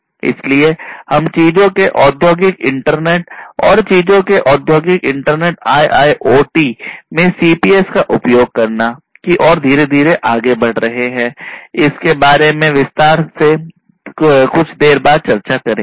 इसलिए हम चीजों के औद्योगिक इंटरनेट और चीजों के औद्योगिक इंटरनेट IIoT में सीपीएस का उपयोग करना की ओर धीरे धीरे आगे बढ़ रहे हैं इसके बारे में विस्तार से चर्चा कुछ देर बाद करेंगे